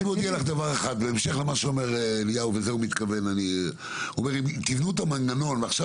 אליהו מתכוון שאם תבנו את המנגנון ועכשיו